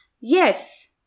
Yes